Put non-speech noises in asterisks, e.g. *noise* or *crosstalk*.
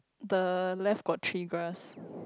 the left got three grass *breath*